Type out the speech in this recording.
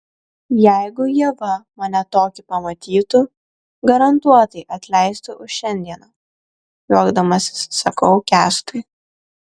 jeigu ieva mane tokį pamatytų garantuotai atleistų už šiandieną juokdamasis sakau kęstui